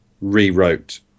rewrote